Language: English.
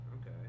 Okay